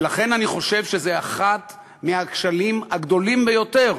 ולכן, אני חושב שזה אחד מהכשלים הגדולים ביותר